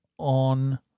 On